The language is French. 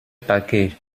paquets